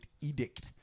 edict